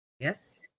Yes